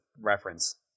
reference